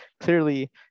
Clearly